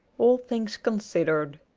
all things considered